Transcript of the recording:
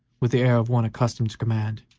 with the air of one accustomed to command,